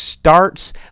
Starts